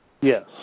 Yes